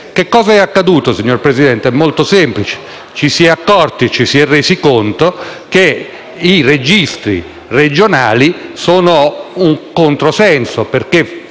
Che cosa è accaduto, signor Presidente? È molto semplice. Ci si è resi conto che i registri regionali sono un controsenso